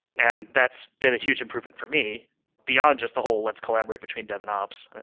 and that's been a huge improvement for me beyond just the whole let's collaborate between dev and ops.